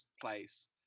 place